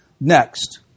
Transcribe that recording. Next